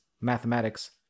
mathematics